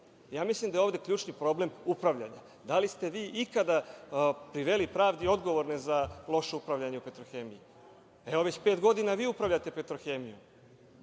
mislim da je ovde ključni problem upravljanje. Da li ste vi ikada priveli pravdi odgovorne za loše upravljanje u „Petrohemiji“? Evo, već pet godina vi upravljate „Petrohemijom“.